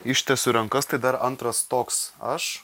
ištiesiu rankas tai dar antras toks aš